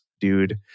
dude